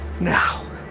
now